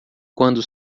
quando